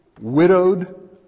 widowed